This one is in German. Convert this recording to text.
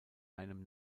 einem